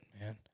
man